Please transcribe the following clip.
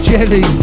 Jelly